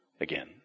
again